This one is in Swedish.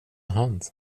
hand